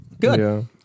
Good